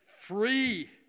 free